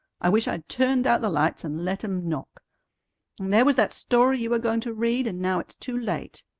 i wish i'd turned out the lights and let em knock. and there was that story you were going to read, and now it's too late!